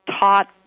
taught